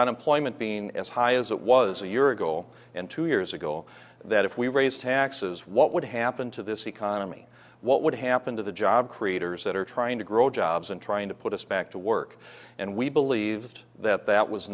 unemployment being as high as it was a year ago and two years ago that if we raise taxes what would happen to this economy what would happen to the job creators that are trying to grow jobs and trying to put us back to work and we believed that that was